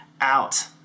out